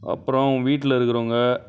அப்புறம் வீட்டில் இருக்கிறவங்க